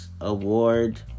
award